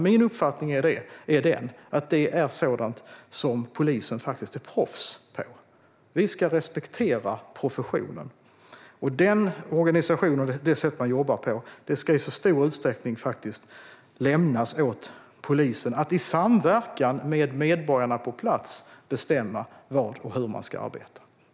Min uppfattning är att polisen är proffs på det, och vi ska respektera professionen. Vi ska i så stor utsträckning som möjligt lämna åt polisen att i samverkan med medborgarna på plats bestämma hur man ska arbeta.